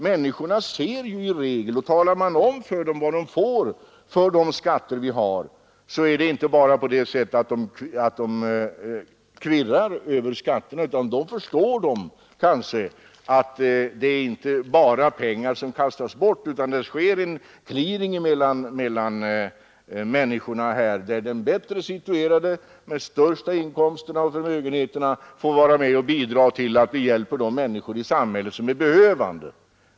Människorna ser ju i regel hur det är. Och talar man om för dem vad de får för de skatter vi har, så kvirrar de inte bara över skatterna. Då förstår de kanske att det inte bara är pengar som kastas bort utan att det sker en clearing mellan människorna så att de bättre situerade med de största inkomsterna och förmögenheterna får bidra till att vi hjälper de människor i samhället som är behövande.